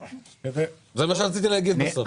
יפה, זה מה שרציתי להגיד בסוף.